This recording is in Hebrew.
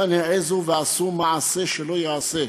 כאן העזו ועשו מעשה שלא ייעשה.